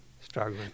Struggling